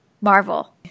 Marvel